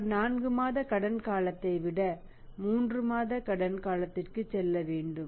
அவர் 4 மாத கடன் காலத்தை விட 3 மாத கடன் காலத்திற்கு செல்ல வேண்டும்